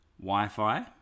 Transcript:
Wi-Fi